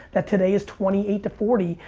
that today is twenty eight to forty,